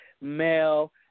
male